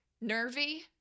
nervy